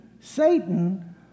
Satan